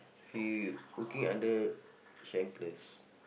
he working under Schenker's